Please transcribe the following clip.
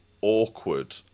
awkward